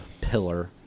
pillar